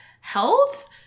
health